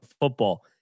football